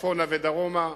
צפונה ודרומה,